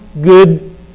good